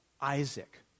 Isaac